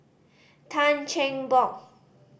Tan Cheng Bock